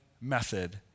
method